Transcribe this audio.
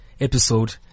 episode